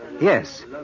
Yes